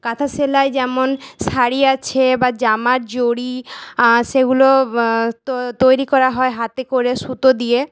কাঁথা সেলাই যেমন শাড়ি আছে বা জামা জড়ি সেগুলো তো তৈরি করা হয় হাতে করে সুতো দিয়ে